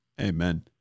Amen